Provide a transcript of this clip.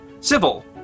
civil